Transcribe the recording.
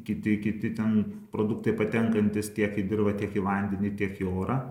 kiti kiti ten produktai patenkantys tiek į dirvą tiek į vandenį tiek į orą